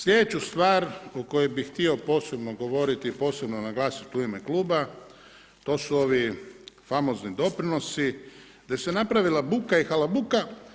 Slijedeću stvar ko kojoj bi htio posebno govoriti i posebno naglasiti u ime kluba, to su ovi famozni doprinosi, da se napravila buka i halabuka.